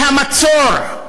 והמצור,